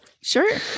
Sure